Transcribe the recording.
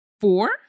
Four